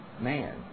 man